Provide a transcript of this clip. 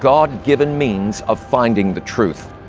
god-given means of finding the truth.